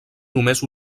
només